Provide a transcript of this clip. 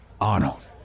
Arnold